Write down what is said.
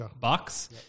box